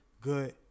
good